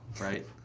right